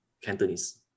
Cantonese